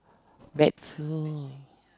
back to